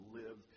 live